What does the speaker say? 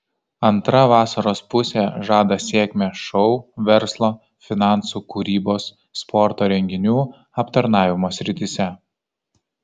antra vasaros pusė žada sėkmę šou verslo finansų kūrybos sporto renginių aptarnavimo srityse